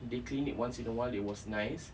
they clean once in a while it was nice